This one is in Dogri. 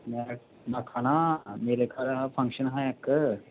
में आक्खा ना मेरे घर फंक्शन हा इक्क